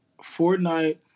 Fortnite